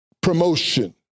promotion